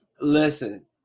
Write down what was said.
listen